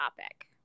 topic